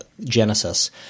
Genesis